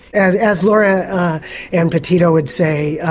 as as laura-ann and petitto would say,